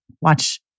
watch